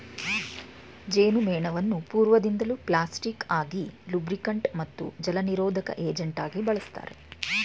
ಜೇನುಮೇಣವನ್ನು ಪೂರ್ವದಿಂದಲೂ ಪ್ಲಾಸ್ಟಿಕ್ ಆಗಿ ಲೂಬ್ರಿಕಂಟ್ ಮತ್ತು ಜಲನಿರೋಧಕ ಏಜೆಂಟಾಗಿ ಬಳುಸ್ತಾರೆ